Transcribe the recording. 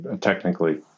technically